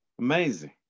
Amazing